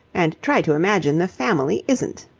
and try to imagine the family isn't!